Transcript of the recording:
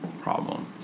problem